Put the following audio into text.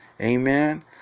Amen